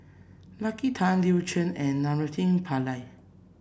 Lucky Tan Lin Chen and Naraina Pillai